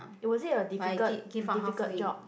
is was it a difficult difficult job